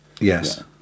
Yes